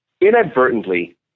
inadvertently